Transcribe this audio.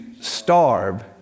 starve